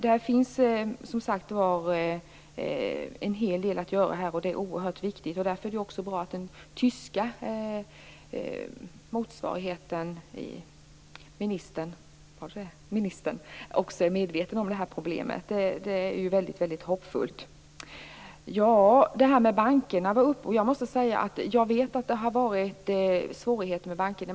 Det finns en hel del att göra här, och det är oerhört viktigt. Det är därför bra att den tyska motsvarigheten till ministern också är medveten om detta problem. Det är väldigt hoppfullt. Ministern tog upp frågan om bankerna. Jag vet att det har varit svårigheter med bankerna.